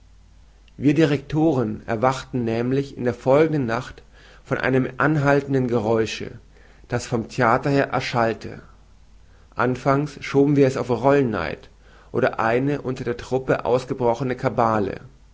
wir direktoren erwachten nämlich in der folgenden nacht von einem anhaltenden geräusche das vom theater her erschallte anfangs schoben wir es auf rollenneid oder eine unter der truppe ausgebrochene kabale